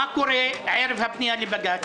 מה קורה ערב הפנייה לבג"ץ?